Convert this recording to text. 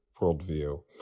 worldview